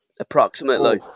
approximately